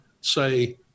say